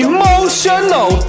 Emotional